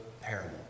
parable